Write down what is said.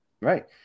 Right